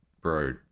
bro